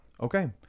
Okay